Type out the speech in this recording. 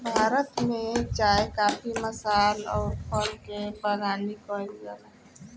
भारत में चाय काफी मसाल अउर फल के बगानी कईल जाला